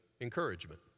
Encouragement